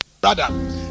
brother